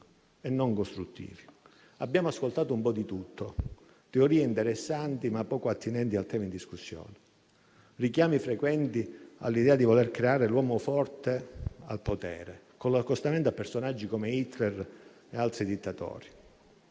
e non costruttivi. Abbiamo ascoltato un po' di tutto: teorie interessanti, ma poco attinenti al tema in discussione; richiami frequenti all'idea di voler creare l'uomo forte al potere, con l'accostamento a personaggi come Hitler e ad altri dittatori.